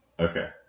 Okay